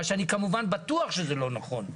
מה שאני כמובן בטוח שזה לא נכון,